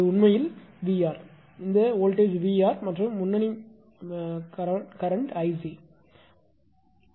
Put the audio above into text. இது உண்மையில் 𝑉𝑅 இந்த வோல்ட்டேஜ் 𝑉𝑅 மற்றும் முன்னணி மின்னோட்டம்கரண்ட் 𝐼𝑐 சரியானது